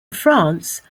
france